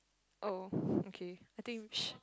oh okay I think sh~